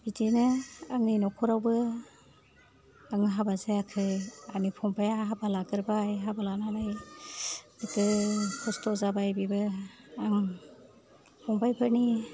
बिदिनो आंनि न'खरावबो आङो हाबा जायाखै आंनि फंबाया हाबा लागोरबाय हाबा लानानै नोगोर खस्थ' जाबाय बेबो आं फंबायफोरनि